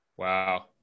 Wow